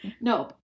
No